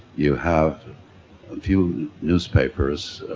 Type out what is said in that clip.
you have a few newspapers,